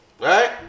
Right